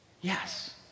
Yes